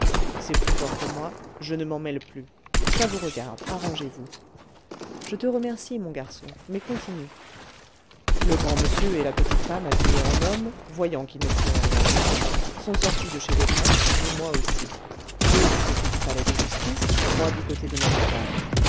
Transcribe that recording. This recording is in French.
c'est plus fort que moi je ne m'en mêle plus ça vous regarde arrangez-vous je te remercie mon garçon mais continue le grand monsieur et la petite femme habillée en homme voyant qu'ils ne tiraient rien de moi sont sortis de chez l'ogresse et moi aussi eux du côté du palais de justice moi du côté de notre-dame